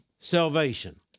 Salvation